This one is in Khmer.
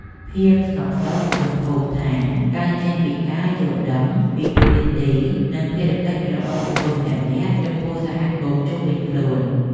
ភាពស្ងប់សុខក្នុងភូមិឋានកើតចេញពីការយល់ដឹងពីតួនាទី និងភារកិច្ចរបស់បុគ្គលម្នាក់ៗចំពោះសហគមន៍ជុំវិញខ្លួន។